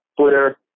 Twitter